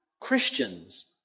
Christians